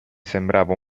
sembrava